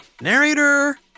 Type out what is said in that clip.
Narrator